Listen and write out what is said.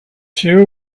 two